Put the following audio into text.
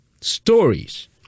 stories